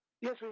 Yes